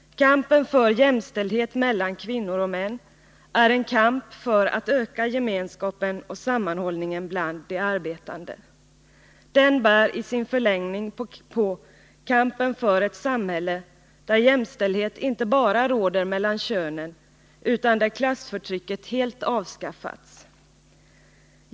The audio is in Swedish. Kampen för jämställdhet mellan kvinnor och män är en kamp för att öka gemenskapen och sammanhållningen bland de arbetande. Den bär i sin förlängning på kampen för ett samhälle där jämställdhet inte bara råder mellan könen, utan där klassförtrycket helt avskaffats.